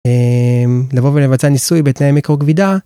לבוא ולבצע ניסוי בתנאי מיקרו כבידה.